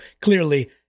clearly